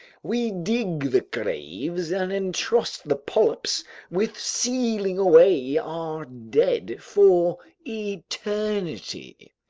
we dig the graves, then entrust the polyps with sealing away our dead for eternity!